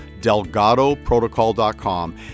DelgadoProtocol.com